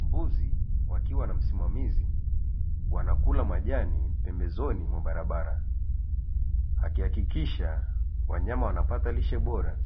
Mbuzi wakiwa na msimamaizi wanakula majani pembezoni mwa barabara, akihakikisha wanyama wanapata lishe bora